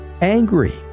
angry